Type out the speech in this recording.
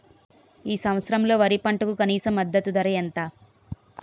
ఈ సంవత్సరంలో వరి పంటకు కనీస మద్దతు ధర ఎంత?